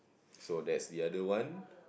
so there's the other one